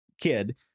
kid